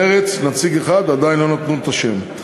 מרצ, נציג אחד, עדיין לא נתנו את השם.